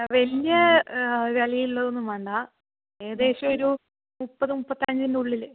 വലിയ വിലയുള്ളതൊന്നും വേണ്ടാ ഏകദേശമൊരു മുപ്പത് മുപ്പത്തഞ്ചിനുള്ളിൽ